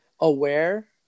aware